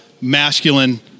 masculine